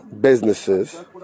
businesses